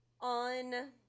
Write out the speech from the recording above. on